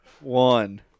one